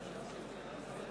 נמצא.